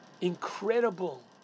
incredible